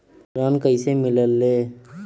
ऋण कईसे मिलल ले?